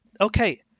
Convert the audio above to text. Okay